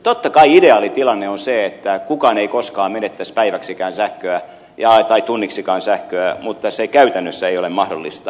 totta kai ideaalitilanne on se että kukaan ei koskaan menettäisi päiväksikään sähköä tai tunniksikaan sähköä mutta se käytännössä ei ole mahdollista